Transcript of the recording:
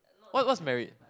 what what's married